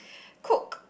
cook